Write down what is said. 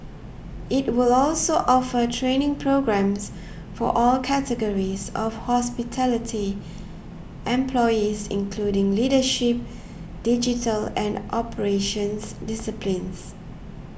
it will also offer training programmes for all categories of hospitality employees including leadership digital and operations disciplines